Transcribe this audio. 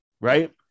Right